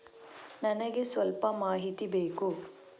ನನಿಗೆ ಸ್ವಲ್ಪ ಮಾಹಿತಿ ಬೇಕು